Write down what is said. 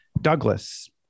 Douglas